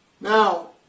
Now